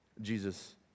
Jesus